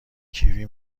کیوی